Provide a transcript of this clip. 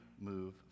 move